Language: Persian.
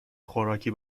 خوراکی